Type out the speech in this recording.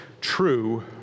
True